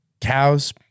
cows